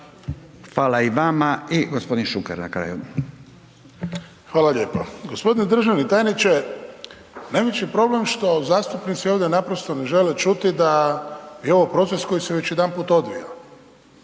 Hvala i vama i gospodin Šuker na kraju. **Šuker, Ivan (HDZ)** Hvala lijepa, gospodine državni tajniče najveći problem što zastupnici ovdje naprosto ne žele čuti da je ovo proces koji se već jedanput odvija,